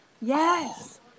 Yes